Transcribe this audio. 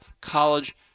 college